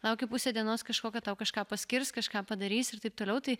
lauki pusę dienos kažkokia tau kažką paskirs kažką padarys ir taip toliau tai